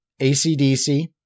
ACDC